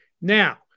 Now